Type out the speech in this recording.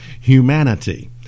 humanity